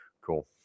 Cool